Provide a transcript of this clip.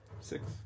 Six